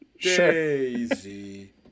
Daisy